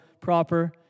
proper